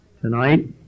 tonight